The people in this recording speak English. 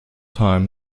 time